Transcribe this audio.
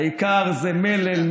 העיקר זה מלל,